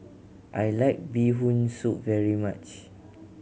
I like Bee Hoon Soup very much